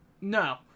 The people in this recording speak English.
No